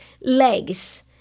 legs